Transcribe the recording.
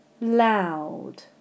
loud